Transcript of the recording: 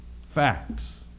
facts